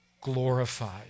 glorified